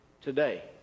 today